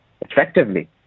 effectively